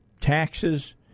taxes